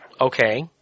Okay